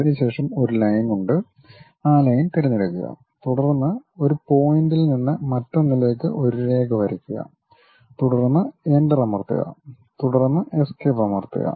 അതിനുശേഷം ഒരു ലൈൻ ഉണ്ട് ആ ലൈൻ തിരഞ്ഞെടുക്കുക തുടർന്ന് ഒരു പോയിന്റിൽ നിന്ന് മറ്റൊന്നിലേക്ക് ഒരു രേഖ വരയ്ക്കുക തുടർന്ന് എന്റർ അമർത്തുക തുടർന്ന് എസ്കേപ്പ് അമർത്തുക